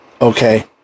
Okay